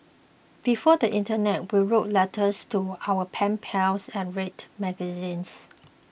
before the internet we wrote letters to our pen pals and read magazines